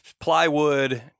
plywood